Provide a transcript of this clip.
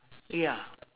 ya